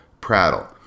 prattle